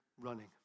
Running